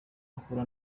ahura